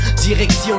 Direction